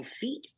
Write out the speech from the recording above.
feet